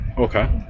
okay